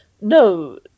no